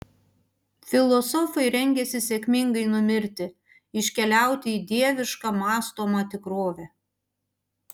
filosofai rengiasi sėkmingai numirti iškeliauti į dievišką mąstomą tikrovę